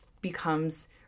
becomes